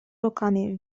руками